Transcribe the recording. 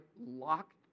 locked